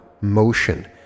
motion